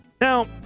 Now